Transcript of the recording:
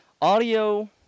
audio